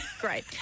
great